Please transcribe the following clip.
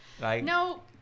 No